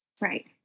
Right